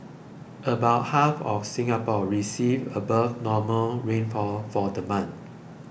about half of Singapore received above normal rainfall for the month